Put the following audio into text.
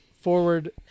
forward